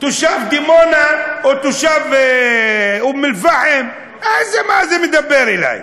תושב דימונה או תושב אום-אלפחם, מה זה מדבר אלי?